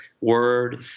word